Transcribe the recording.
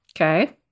Okay